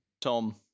Tom